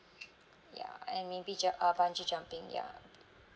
ya and maybe ju~ uh bungee jumping ya